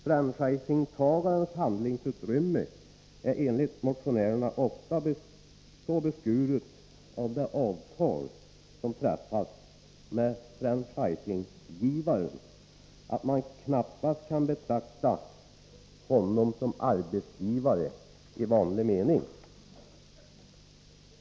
Franchisetagarens handlingsutrymme är enligt motionärerna ofta så beskuret av det avtal som träffats med franchisegivaren att man knappast kan betrakta honom som arbetsgivare i vanlig mening.